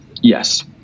Yes